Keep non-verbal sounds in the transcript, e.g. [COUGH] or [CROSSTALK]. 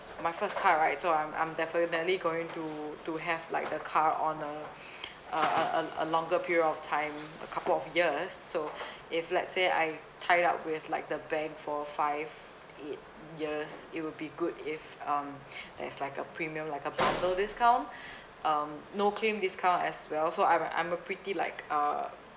my first car right so I'm I'm definitely going to to have like the car on a [BREATH] uh uh uh a longer period of time a couple of years so if let's say I tie up with like the bank for five eight years it will be good if um there's like a premium like a bundle discount [BREATH] um no claim discount as well so I'm I'm a pretty like a